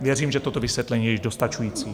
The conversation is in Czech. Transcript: Věřím, že toto vysvětlení je již dostačující.